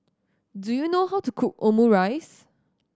do you know how to cook Omurice